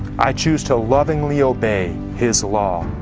i choose to lovingly obey his law.